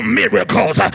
miracles